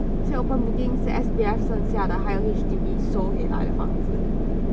所以 open booking 是 S_B_F 剩下的还有 H_D_B 收回来的房子